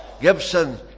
Gibson